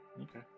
Okay